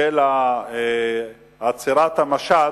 של עצירת המשט,